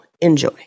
Enjoy